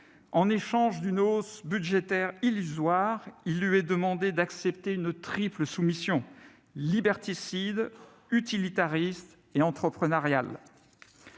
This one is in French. en échange d'une hausse budgétaire illusoire, il lui est demandé d'accepter une triple soumission, liberticide, utilitariste et entrepreneuriale.